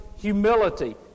humility